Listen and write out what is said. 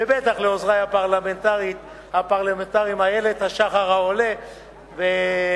ובטח לעוזרי הפרלמנטריים איילת השחר העולה ואילן